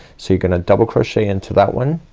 so you're gonna double crochet into that one,